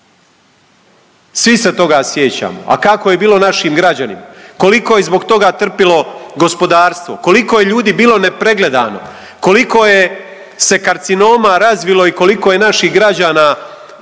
Svi se toga sjećamo, a kako je bilo našim građanima, koliko je zbog toga trpilo gospodarstvo, koliko je ljudi bilo nepregledano, koliko je se karcinoma razvilo i koliko je naših građana nastradalo